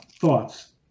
thoughts